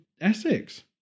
Essex